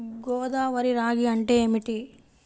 గోదావరి రాగి అంటే ఏమిటి?